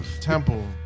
Temple